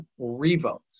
revotes